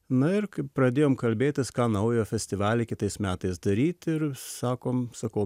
na ir kai pradėjom kalbėtis ką naujo festivalį kitais metais daryti ir sakom sakau